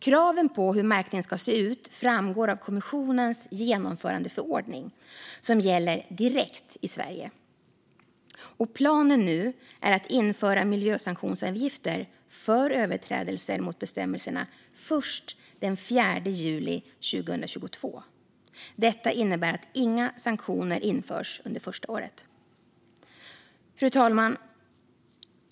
Kraven på hur märkningen ska se ut framgår av kommissionens genomförandeförordning som gäller direkt i Sverige. Planen är nu att införa miljösanktionsavgifter för överträdelser mot bestämmelserna först den 4 juli 2022. Detta innebär att inga sanktioner införs under första året. Fru talman!